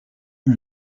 eut